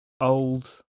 old